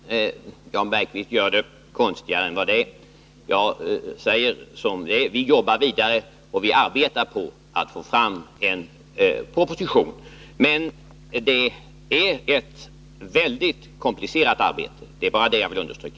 Herr talman! Jan Bergqvist gör det konstigare än vad det är. Jag säger som det är, att vi arbetar vidare på att få fram en proposition. Men det är ett väldigt komplicerat arbete. Det är bara det jag vill understryka.